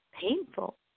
painful